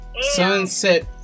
sunset